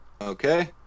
Okay